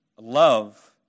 love